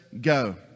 go